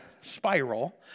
spiral